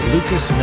Lucas